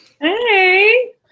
Hey